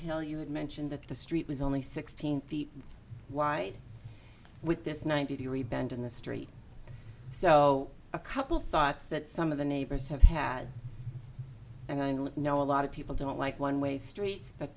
hill you would mention that the street was only sixteen feet wide with this ninety degree bend in the street so a couple thoughts that some of the neighbors have had and i know a lot of people don't like one way streets but